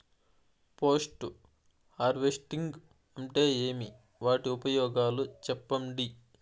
Post harvesting అంటే ఏమి? వాటి ఉపయోగాలు చెప్పండి?